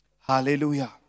hallelujah